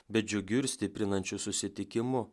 bet džiugiu ir stiprinančiu susitikimu